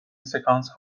سکانس